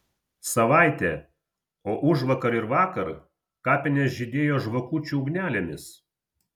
savaitė o užvakar ir vakar kapinės žydėjo žvakučių ugnelėmis